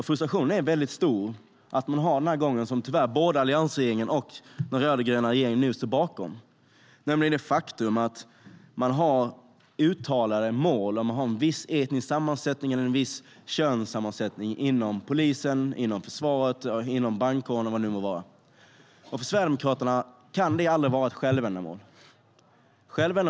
Frustrationen är väldigt stor över att man har den gången, som tyvärr både alliansregeringen och den rödgröna regeringen nu står bakom. Det är det faktum att man har uttalade mål om att ha en viss etnisk sammansättning eller en viss könssammansättning inom polisen, försvaret, brandkåren, eller vad det nu må vara. För Sverigedemokraterna kan det aldrig vara ett självändamål.